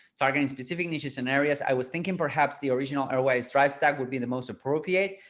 targeting specific niches and areas i was thinking perhaps the original airways thrive stack would be the most appropriate.